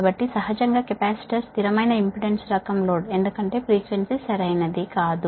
కాబట్టి సహజంగా కెపాసిటర్ స్థిరమైన ఇంపెడెన్స్ రకం లోడ్ ఎందుకంటే ఫ్రీక్వెన్సీ సరైనది కాదు